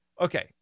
Okay